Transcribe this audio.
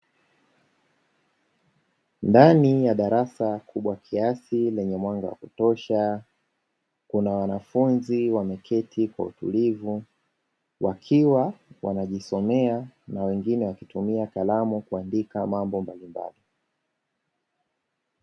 Ndani ya darasa kubwa kiasi lenye mwanga wa kutosha, kuna wanafunzi wameketi kwa utulivu wakiwa wanajisomea na wengine wakitumia kalamu kuandika mambo mbalimbali.